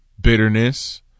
Bitterness